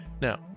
now